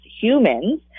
humans